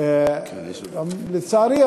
לצערי,